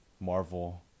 Marvel